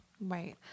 Right